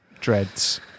Dreads